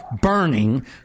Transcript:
burning